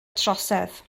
trosedd